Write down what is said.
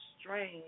strange